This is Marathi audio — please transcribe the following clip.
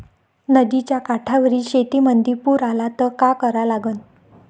नदीच्या काठावरील शेतीमंदी पूर आला त का करा लागन?